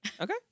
okay